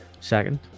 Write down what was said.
Second